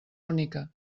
única